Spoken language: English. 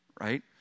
right